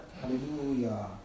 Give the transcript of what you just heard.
Hallelujah